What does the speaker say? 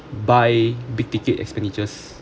buy big ticket expenditures